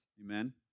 Amen